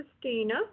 Christina